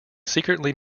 secretly